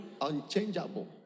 unchangeable